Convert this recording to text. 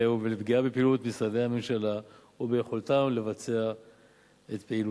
ולפגיעה בפעילות משרדי הממשלה וביכולתם לבצע את פעילותם.